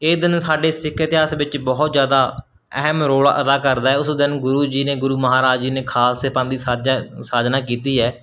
ਇਹ ਦਿਨ ਸਾਡੇ ਸਿੱਖ ਇਤਿਹਾਸ ਵਿੱਚ ਬਹੁਤ ਜ਼ਿਆਦਾ ਅਹਿਮ ਰੋਲ ਅਦਾ ਕਰਦਾ ਹੈ ਉਸ ਦਿਨ ਗੁਰੂ ਜੀ ਨੇ ਗੁਰੂ ਮਹਾਰਾਜ ਜੀ ਨੇ ਖਾਲਸੇ ਪੰਥ ਦੀ ਸਾਜਿਆ ਸਾਜਨਾ ਕੀਤੀ ਹੈ